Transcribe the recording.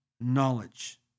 knowledge